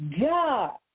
God